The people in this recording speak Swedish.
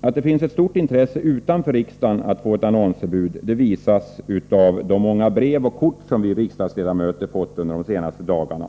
Att det finns ett stort intresse utanför riksdagen att få ett annonsförbud visas av de många brev och kort vi riksdagsledamöter fått under de senaste dagarna.